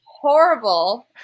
horrible